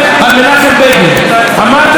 אמרתם את זה על יצחק שמיר,